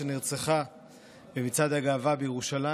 שנרצחה במצעד הגאווה בירושלים.